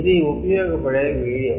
ఇది ఉపయోగపడే వీడియో